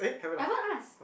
haven't asked